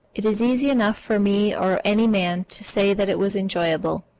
it is easy enough for me or any man to say that it was enjoyable.